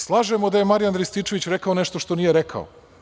Slažemo da je Marijan Rističević rekao nešto što nije rekao.